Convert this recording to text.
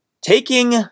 taking